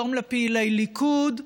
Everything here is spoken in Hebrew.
יום לפעילי ליכוד,